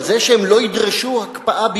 על זה שהם לא ידרשו הקפאה בירושלים?